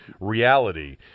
reality